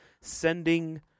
sending